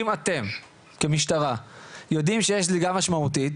אם אתם כמשטרה יודעים שיש זליגה משמעותית,